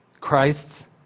Christ's